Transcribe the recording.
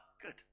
Good